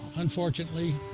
unfortunately